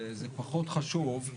וזה פחות חשוב.